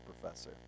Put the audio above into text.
professor